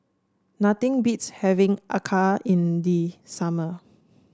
nothing beats having Acar in the summer